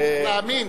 צריך להאמין.